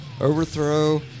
Overthrow